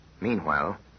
Meanwhile